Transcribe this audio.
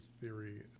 Theory